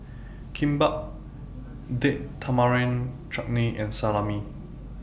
Kimbap Date Tamarind Chutney and Salami